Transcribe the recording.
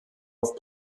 auf